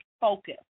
focus